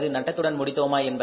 அல்லது நட்டத்துடன் முடித்தோமா